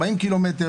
40 קילומטרים